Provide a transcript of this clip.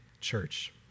church